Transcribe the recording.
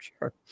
Sure